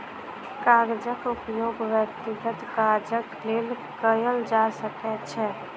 कागजक उपयोग व्यक्तिगत काजक लेल कयल जा सकै छै